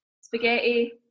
spaghetti